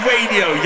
Radio